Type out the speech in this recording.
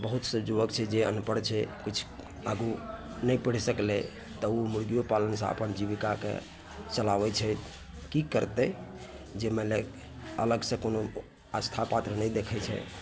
बहुत से जुवक छै जे अनपढ़ छै किछु आगू नहि पढ़ि सकलै तऽ ओ मुर्गिये पालन से अपन जीविकाके चलाबै छै की करतै जे मानि लिअ अलगसँ कुनू आस्थापात्र नहि देखै छै